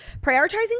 Prioritizing